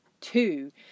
two